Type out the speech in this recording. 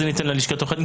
מאז אוגוסט 2020,